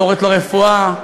בשורות לרפואה,